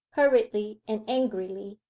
hurriedly and angrily.